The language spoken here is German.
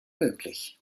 möglich